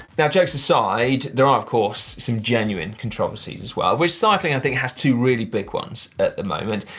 now, jokes aside, there are of course some genuine controversies as well. of which cycling i think has two really big ones at the moment.